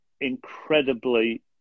incredibly